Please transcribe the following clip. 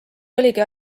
oligi